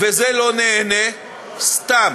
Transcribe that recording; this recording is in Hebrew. וזה לא נהנה, סתם.